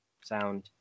sound